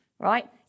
Right